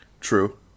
true